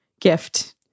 gift